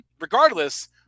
Regardless